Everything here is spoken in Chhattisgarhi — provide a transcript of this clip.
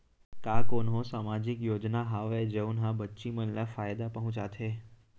का कोनहो सामाजिक योजना हावय जऊन हा बच्ची मन ला फायेदा पहुचाथे?